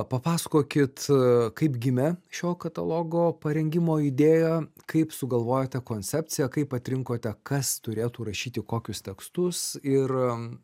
papasakokit kaip gimė šio katalogo parengimo idėja kaip sugalvojote koncepciją kaip atrinkote kas turėtų rašyti kokius tekstus ir